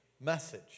message